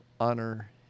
Honor